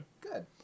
Good